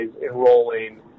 enrolling